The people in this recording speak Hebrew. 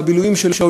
מהבילויים שלו,